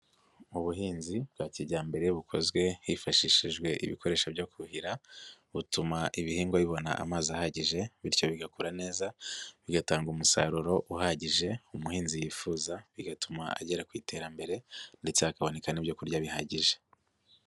Mu buhinzi bwa kijyambere bukozwe hifashishijwe ibikoresho byo kuhira, butuma ibihingwa bibona amazi ahagije bityo bigakura neza bigatanga umusaruro uhagije umuhinzi yifuza, bigatuma agera ku iterambere ndetse hakaboneka ibyo kurya bihagije.